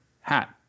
hat